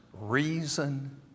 reason